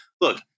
look